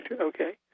Okay